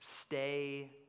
stay